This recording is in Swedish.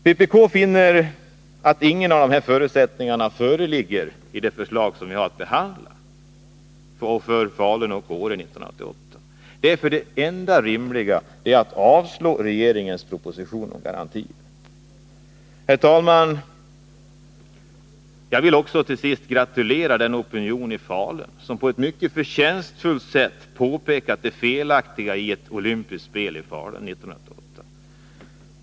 Vpk finner att ingen av dessa förutsättningar föreligger i det förslag som vi har att behandla när det gäller arrangemangen för olympiska spel i Falun och Åre 1988. Därför är det enda rimliga att avslå regeringens proposition om ekonomiska garantier i det här sammanhanget. Herr talman! Jag vill till sist gratulera den opinion i Falun som på ett mycket förtjänstfullt sätt har pekat på det felaktiga i att förlägga ett olympiskt spel till Falun 1988.